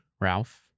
Ralph